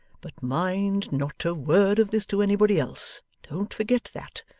but mind, not a word of this to anybody else. don't forget that.